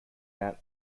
mount